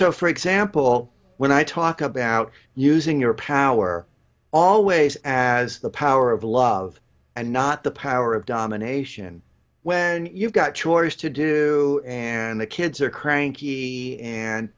so for example when i talk about using your power always as the power of love and not the power of domination when you've got chores to do and the kids are cranky and